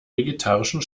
vegetarischen